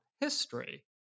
history